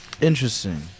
Interesting